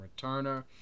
returner